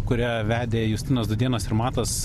kurią vedė justinas dudėnas ir matas